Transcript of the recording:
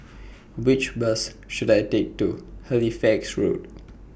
Which Bus should I Take to Halifax Road